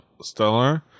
stellar